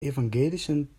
evangelischen